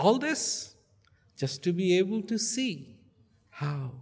all this just to be able to see how